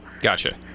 gotcha